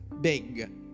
Big